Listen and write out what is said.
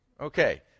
Okay